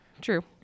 True